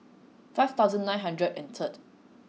five thousand nine hundred and third